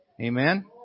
Amen